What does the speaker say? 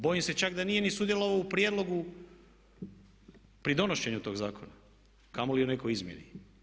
Bojim se čak da nije ni sudjelovao u prijedlogu pri donošenju tog zakona kamoli u nekoj izmjeni.